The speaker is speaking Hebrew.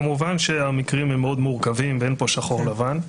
כמובן המקרים הם מאוד מורכבים, אין פה שחור-לבן.